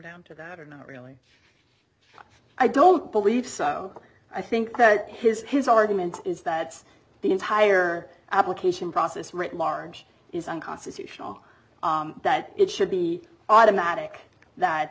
down to that or not really i don't believe so i think that his his argument is that the entire application process writ large is unconstitutional that it should be automatic that